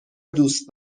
دوست